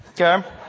okay